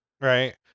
right